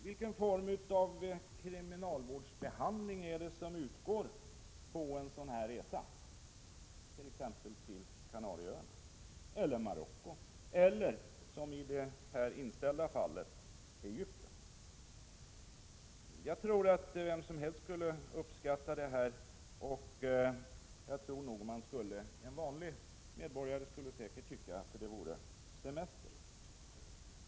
Vilken form av kriminalvårdsbehandling sker vid en sådan resa till Kanarieöarna, Marocko eller som i det inställda fallet till Egypten? Jag tror vem som helst skulle uppskatta en sådan resa, och en vanlig medborgare skulle nog anse att det var en semester.